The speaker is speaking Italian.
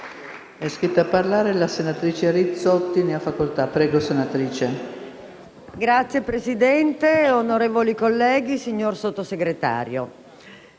Signora Presidente, onorevoli colleghi, signor Sottosegretario,